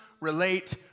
relate